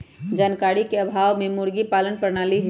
जानकारी के अभाव मुर्गी पालन प्रणाली हई